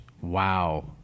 wow